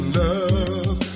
love